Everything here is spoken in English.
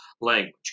language